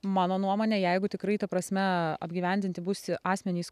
mano nuomone jeigu tikrai ta prasme apgyvendinti bus asmenys